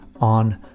on